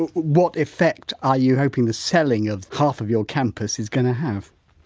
and what effect are you hoping the selling of half of your campus is going to have?